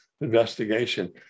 investigation